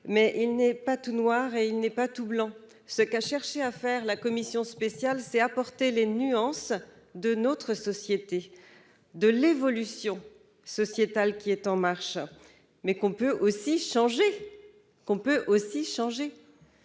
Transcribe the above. mais il n'est ni tout noir ni tout blanc. Ce qu'a cherché à faire la commission spéciale, c'est tenir compte des nuances de notre société, de l'évolution sociétale qui est en marche. Mais on peut aussi changer